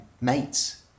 mates